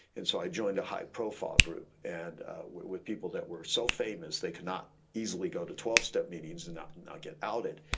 and so i joined a high profile group and with people that were so famous they could not easily go to twelve step meetings and not not get out it.